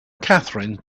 catherine